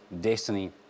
destiny